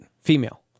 Female